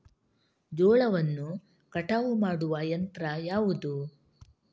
ಜೋಳವನ್ನು ಕಟಾವು ಮಾಡುವ ಯಂತ್ರ ಯಾವುದು?